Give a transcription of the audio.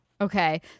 Okay